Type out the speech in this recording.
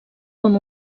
com